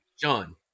john